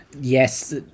Yes